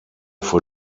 vor